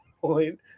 point